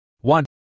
One